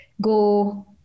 go